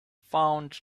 found